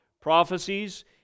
prophecies